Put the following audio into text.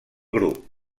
grup